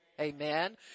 Amen